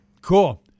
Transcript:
Cool